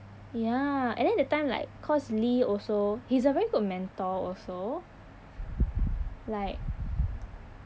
ya and then that time like cause lee also he's a very good mentor also like